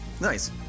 Nice